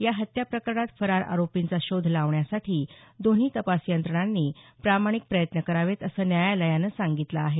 या हत्या प्रकरणात फरार आरोपींचा शोध लावण्यासाठी दोन्ही तपास यंत्रणांनी प्रामाणिक प्रयत्न करावेत असं न्यायालयानं सांगितलं आहे